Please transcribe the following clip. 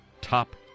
Top